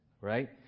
right